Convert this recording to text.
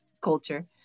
culture